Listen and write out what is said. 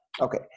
okay